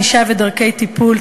ענישה ודרכי טיפול),